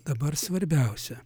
dabar svarbiausia